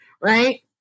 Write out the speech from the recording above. right